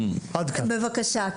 בבקשה.